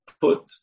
put